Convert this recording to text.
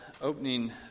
opening